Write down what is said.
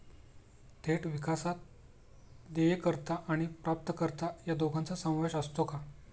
थेट विकासात देयकर्ता आणि प्राप्तकर्ता या दोघांचा समावेश असतो का?